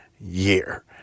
year